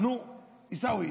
נו, עיסאווי.